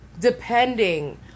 depending